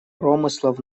промыслов